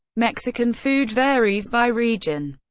mexican food varies by region,